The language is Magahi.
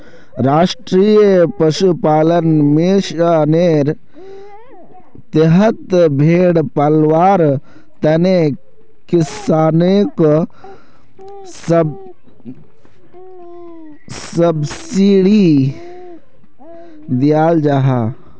राष्ट्रीय पशुपालन मिशानेर तहत भेड़ पलवार तने किस्सनोक सब्सिडी दियाल जाहा